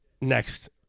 next